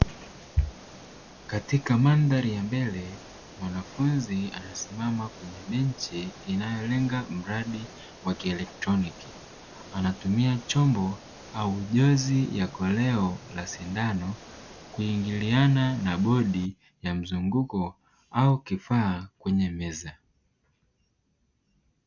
Katika mandhari ya mbele mwanafunzi anasimama kwenye benchi inayolenga mradi wa kielektroniki. Anatumia chombo au jozi ya koleo la sindano kuingiliana na bodi mzunguko au kifaa kwenye meza.